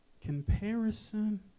Comparison